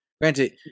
Granted